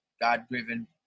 God-driven